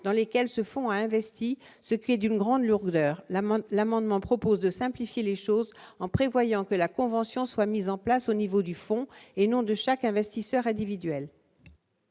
dans lesquels ce fonds investi ce qui est d'une grande lourdeur la amende l'amendement propose de simplifier les choses, en prévoyant que la convention soit mise en place au niveau du fond et non de chaque investisseur individuel.